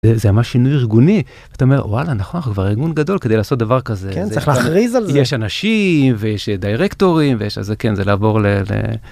זה ממש שינוי ארגוני, אתה אומר וואלה נכון אנחנו כבר ארגון גדול כדי לעשות דבר כזה , (כן צריך להכריז על זה), יש אנשים ויש דירקטורים ויש אז כן זה לעבור.